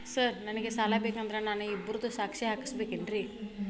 Sir ನನಗೆ ಸಾಲ ಬೇಕಂದ್ರೆ ನಾನು ಇಬ್ಬರದು ಸಾಕ್ಷಿ ಹಾಕಸಬೇಕೇನ್ರಿ?